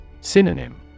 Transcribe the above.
Synonym